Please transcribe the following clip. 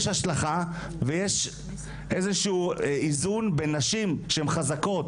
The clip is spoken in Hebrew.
יש השלכה ויש איזשהו איזון בין נשים שהן חזקות